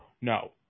No